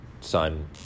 sign